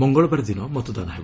ମଙ୍ଗଳବାର ଦିନ ମତଦାନ ହେବ